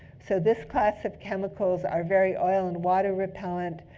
so this class of chemicals are very oil and water repellent,